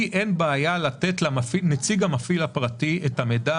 לי אין בעיה לתת לנציג המפעיל הפרטי את המידע,